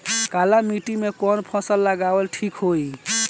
काली मिट्टी में कवन फसल उगावल ठीक होई?